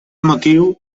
motiu